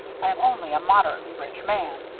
i am only a moderately rich man.